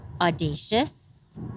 audacious